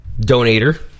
donator